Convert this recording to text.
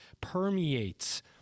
permeates